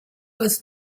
was